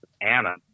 Anna